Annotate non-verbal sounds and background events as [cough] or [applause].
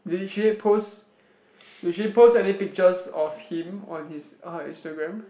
did she [noise] post [noise] did she post any pictures of him on his on her Instagram